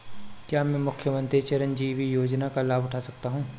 क्या मैं मुख्यमंत्री चिरंजीवी योजना का लाभ उठा सकता हूं?